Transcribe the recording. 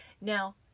Now